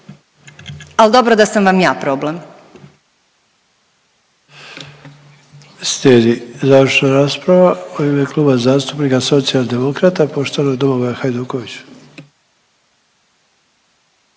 Al dobro da sam vam ja problem.